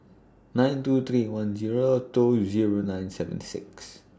nine two three one Zero two Zero nine seven six